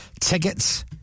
Tickets